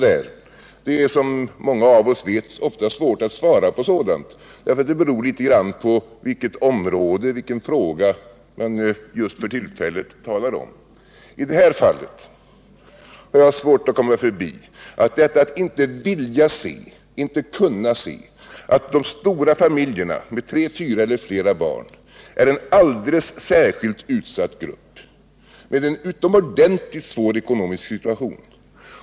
Det är, som många av oss vet, ofta svårt att svara på den frågan — det beror litet grand på vilket område eller vilken fråga man just för tillfället talar om. De stora familjerna med tre, fyra eller fler barn är en alldeles särskilt utsatt grupp med en utomordentligt svår ekonomisk situation.